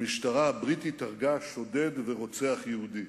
המשטרה הבריטית הרגה שודד ורוצח יהודי.